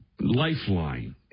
lifeline